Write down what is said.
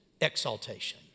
exaltation